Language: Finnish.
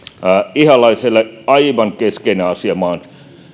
ihalaiselle aivan keskeinen